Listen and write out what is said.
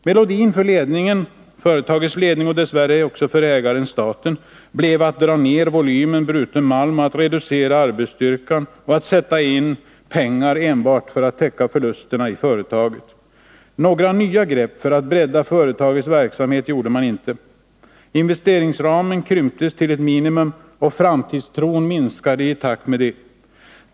Melodin för ledningen och dess värre även för ägaren-staten blev att dra ned volymen bruten malm, att reducera arbetsstyrkan och att sätta in pengar enbart för att täcka förlusterna i företaget. Några nya grepp för att bredda företagets verksamhet tog man inte. Investeringsramen krympte till ett minimum, och framtidstron minskade i takt därmed.